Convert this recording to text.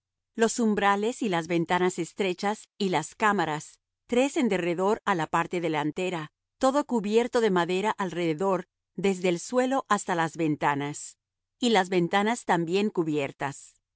los umbrales y las ventanas estrechas y las cámaras tres en derredor á la parte delantera todo cubierto de madera alrededor desde el suelo hasta las ventanas y las ventanas también cubiertas